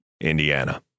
indiana